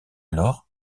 alors